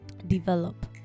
develop